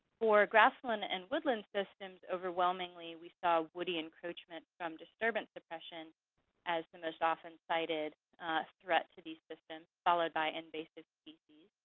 for grassland and woodland systems, overwhelmingly, we saw woody encroachment from disturbance depression as the most often sited threat to these systems, followed by invasive species.